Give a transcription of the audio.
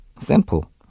Simple